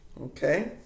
Okay